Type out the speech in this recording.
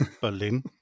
Berlin